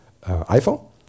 iPhone